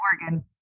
Oregon